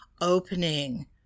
opening